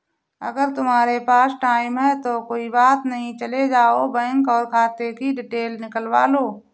अगर तुम्हारे पास टाइम है तो कोई बात नहीं चले जाओ बैंक और खाते कि डिटेल निकलवा लो